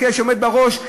שעומד בראש,